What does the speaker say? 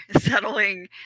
settling